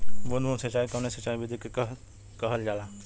बूंद बूंद सिंचाई कवने सिंचाई विधि के कहल जाला?